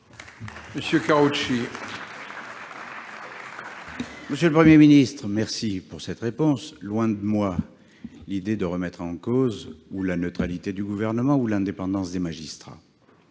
Monsieur le Premier ministre, je vous remercie de cette réponse. Loin de moi l'idée de remettre en cause la neutralité du Gouvernement ou l'indépendance des magistrats.